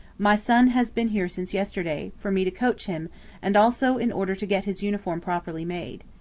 my son has been here since yesterday, for me to coach him and also in order to get his uniform properly made.